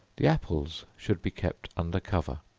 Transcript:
the apples should be kept under cover,